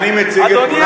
אדוני,